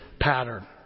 pattern